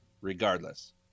regardless